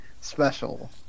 special